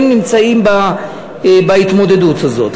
הם נמצאים בהתמודדות הזאת.